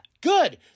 good